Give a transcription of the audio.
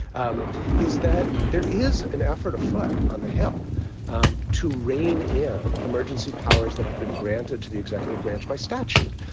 um is that there there is an effort afoot on the hill um to rein in emergency powers that have been granted to the executive branch by statute.